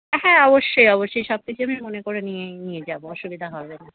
হ্যাঁ অবশ্যই অবশ্যই সব কিছু আমি মনে করে নিয়ে নিয়েই যাবো অসুবিধা হবে না